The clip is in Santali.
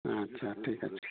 ᱟᱪᱪᱷᱟ ᱴᱷᱤᱠ ᱟᱪᱷᱮ